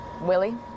Willie